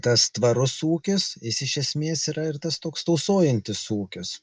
tas tvarus ūkis jis iš esmės yra ir tas toks tausojantis ūkiuose